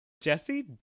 Jesse